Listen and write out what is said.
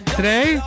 today